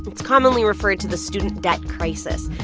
it's commonly referred to the student debt crisis.